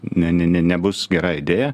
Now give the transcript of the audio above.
ne ne ne nebus gera idėja